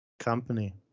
company